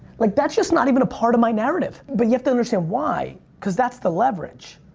like that's just not even a part of my narrative. but you have to understand why cause that's the leverage.